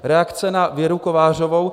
Reakce na Věru Kovářovou.